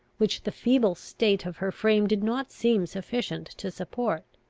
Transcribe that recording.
which the feeble state of her frame did not seem sufficient to support.